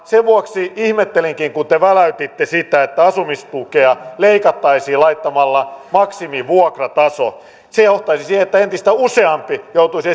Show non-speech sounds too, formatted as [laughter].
sen vuoksi ihmettelinkin kun te väläytitte sitä että asumistukea leikattaisiin laittamalla maksimivuokrataso se johtaisi siihen että entistä useampi joutuisi [unintelligible]